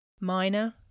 minor